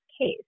case